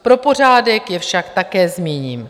Pro pořádek je však také zmíním.